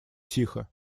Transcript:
тихо